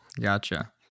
Gotcha